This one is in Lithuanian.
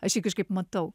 aš jį kažkaip matau